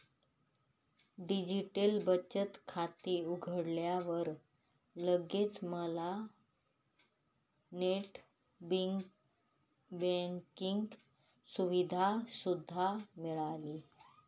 digital बचत खाते उघडल्यावर लगेच मला नेट बँकिंग सुविधा सुद्धा मिळाली